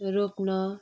रोप्न